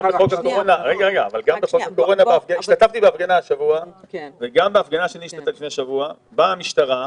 גם בחוק הקורונה השתתפתי בהפגנה השבוע וגם באותה הפגנה באה המשטרה,